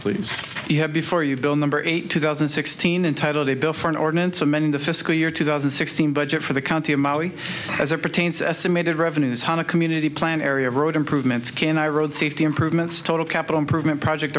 please you have before you bill number eight two thousand and sixteen and title the bill for an ordinance amend the fiscal year two thousand and sixteen budget for the county of maui as it pertains to estimated revenues one a community plan area road improvements can i road safety improvements total capital improvement project